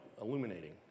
illuminating